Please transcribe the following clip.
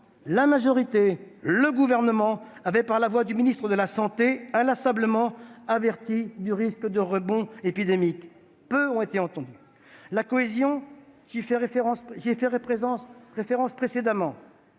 la majorité et le Gouvernement, par la voix du ministre de la santé, avaient inlassablement averti du risque de rebond épidémique. Ils ont été peu entendus. La cohésion, j'y faisais référence précédemment.